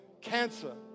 cancer